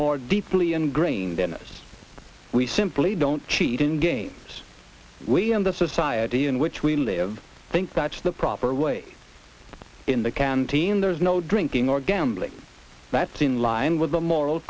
more deeply ingrained in us we simply don't cheat in games we in the society in which we live think that's the proper way in the canteen there's no drinking or get that's in line with the moral